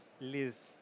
Liz